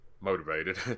motivated